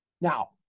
Now